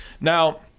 Now